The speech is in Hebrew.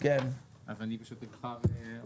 אז אני פשוט אבחר?